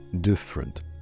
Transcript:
different